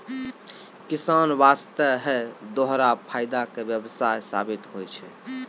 किसान वास्तॅ है दोहरा फायदा के व्यवसाय साबित होय छै